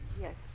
Yes